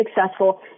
successful